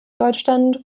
deutschland